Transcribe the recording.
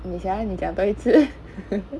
你想你讲多一次